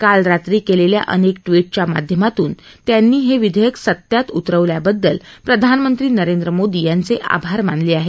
काल रात्री केलेल्या अनेक ट्विटच्या माध्यमातून त्यांनी हे विधेयक सत्यात उतरवल्याबद्दल प्रधानमंत्री नरेंद्र मोदी यांचे आभार मानले आहेत